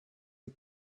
and